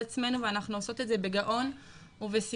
עצמנו ואנחנו עושות את זה בגאון ובשמחה.